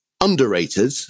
Underrated